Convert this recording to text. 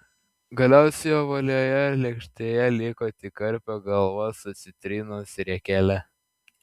galiausiai ovalioje lėkštėje liko tik karpio galva su citrinos riekele